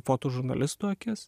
fotožurnalistų akis